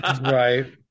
Right